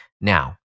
Now